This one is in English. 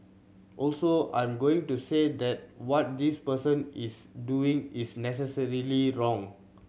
also I'm not going to say that what this person is doing is necessarily wrong